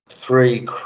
three